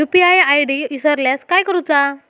UPI ID इसरल्यास काय करुचा?